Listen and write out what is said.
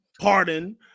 Pardon